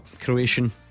Croatian